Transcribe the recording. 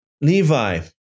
Levi